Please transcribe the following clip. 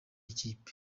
ikipe